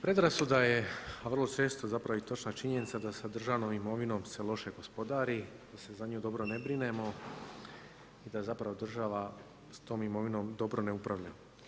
Predrasuda je vrlo često, zapravo i točna činjenica da sa državnom imovinom se loše gospodari, da se za nju dobro ne brinemo i da zapravo država s tom imovinom dobro ne upravlja.